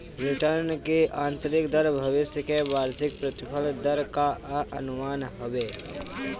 return की आतंरिक दर भविष्य के वार्षिक प्रतिफल दर कअ अनुमान हवे